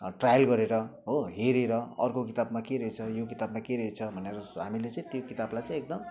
ट्राइल गरेर हो हेरेर अर्को किताबमा के रहेछ यो किताबमा के रहेछ भनेर हामीले चाहिँ त्यो किताबलाई चाहिँ एकदम